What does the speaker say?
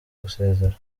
gusezera